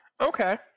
Okay